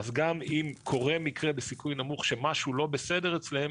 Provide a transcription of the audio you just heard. גם אם קורה מקרה בסיכוי נמוך שמשהו לא בסדר אצלם,